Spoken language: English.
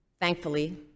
Thankfully